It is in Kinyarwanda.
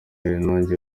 nanjye